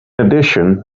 addition